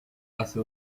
hace